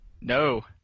No